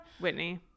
Whitney